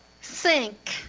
sink